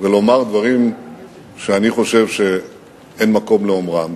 ולומר דברים שאני חושב שאין מקום לאומרם.